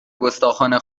گستاخانه